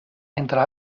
entre